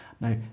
now